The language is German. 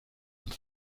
und